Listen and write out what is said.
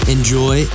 Enjoy